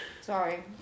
Sorry